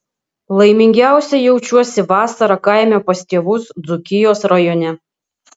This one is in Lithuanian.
laimingiausia jaučiuosi vasarą kaime pas tėvus dzūkijos rajone